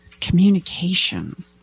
communication